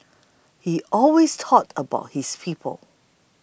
he always thought about his people